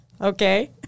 Okay